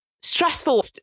stressful